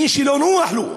בגלל נתניהו.